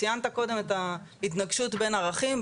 ציינת קודם את ההתנגשות בין ערכים.